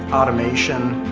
automation,